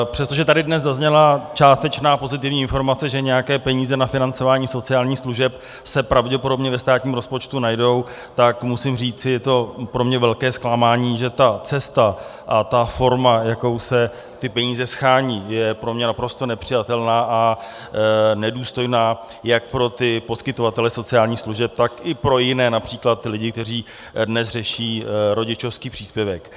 Přestože tady dnes zazněla částečná pozitivní informace, že nějaké peníze na financování sociálních služeb se pravděpodobně ve státním rozpočtu najdou, tak musím říci, že je to pro mě velké zklamání, že ta cesta a ta forma, jakou se ty peníze shánějí, je pro mě naprosto nepřijatelná a nedůstojná jak pro poskytovatele sociálních služeb, tak i pro jiné, například pro ty lidi, kteří dnes řeší rodičovský příspěvek.